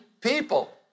people